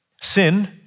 Sin